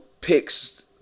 picks